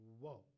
Whoa